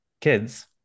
kids